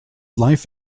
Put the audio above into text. life